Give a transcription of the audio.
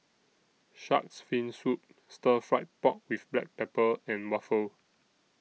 Shark's Fin Soup Stir Fried Pork with Black Pepper and Waffle